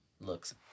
looks